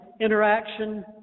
interaction